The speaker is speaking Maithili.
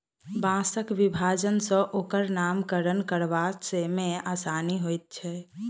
बाँसक विभाजन सॅ ओकर नामकरण करबा मे आसानी होइत छै